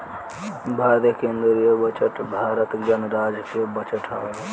भारत के केंदीय बजट भारत गणराज्य के बजट ह